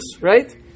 right